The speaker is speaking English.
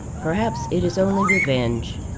perhaps it is only revenge.